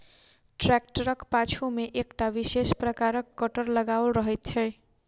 ट्रेक्टरक पाछू मे एकटा विशेष प्रकारक कटर लगाओल रहैत छै